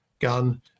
gun